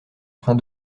train